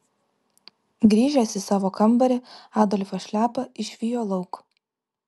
grįžęs į savo kambarį adolfas šliapą išvijo lauk